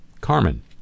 Carmen